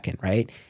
right